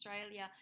Australia